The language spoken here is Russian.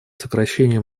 сокращению